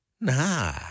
nah